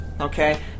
okay